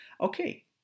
Okay